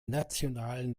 nationalen